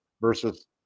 versus